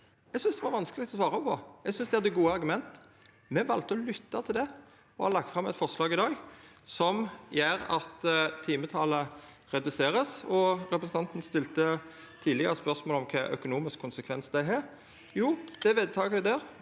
Det syntest eg var vanskeleg å svara på, eg syntest dei hadde gode argument. Me valde å lytta til det og har lagt fram eit forslag i dag som gjer at timetalet vert redusert. Representanten stilte tidlegare spørsmål om kva økonomiske konsekvensar det har. Jo, det vedtaket vil heva